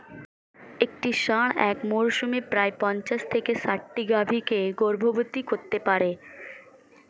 একটি ষাঁড় এক মরসুমে প্রায় পঞ্চাশ থেকে ষাটটি গাভী কে গর্ভবতী করতে পারে